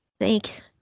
Thanks